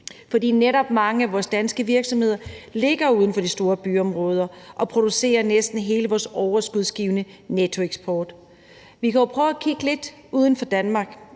For netop mange af vores danske virksomheder ligger uden for de store byområder og producerer næsten hele vores overskudsgivende nettoeksport. Vi kan jo prøve at kigge lidt uden for Danmark